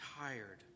tired